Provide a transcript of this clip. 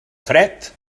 fred